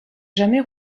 jamais